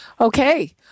Okay